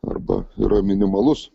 arba yra minimalus